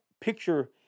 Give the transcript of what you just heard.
picture